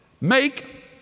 Make